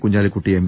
കുഞ്ഞാ ലിക്കുട്ടി എം